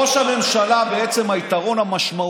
ממש לא.